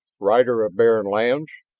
rider of barren lands.